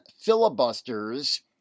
filibusters